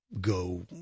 go